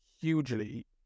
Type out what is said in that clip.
hugely